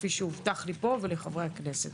כפי שהובטח לי פה ולחברי הכנסת.